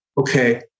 okay